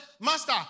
Master